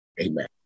Amen